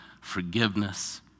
forgiveness